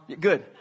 good